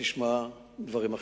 תשמע דברים אחרים.